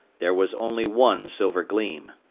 there was only one silver gleam.